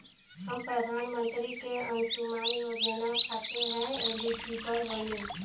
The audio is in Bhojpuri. हम प्रधानमंत्री के अंशुमान योजना खाते हैं एलिजिबल बनी?